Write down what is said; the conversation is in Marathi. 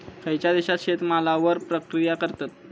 खयच्या देशात शेतमालावर प्रक्रिया करतत?